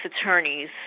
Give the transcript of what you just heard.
attorneys